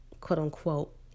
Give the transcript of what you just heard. quote-unquote